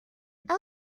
lgbt